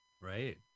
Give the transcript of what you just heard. Right